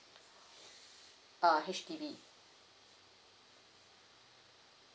uh H_D_B